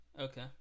Okay